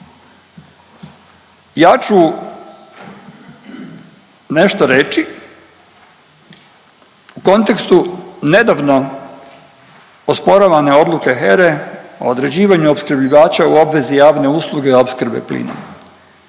ja ću nešto reći u kontekstu nedavno osporavane odluke HERE o određivanju opskrbljivača u obvezi javne usluge opskrbe plinom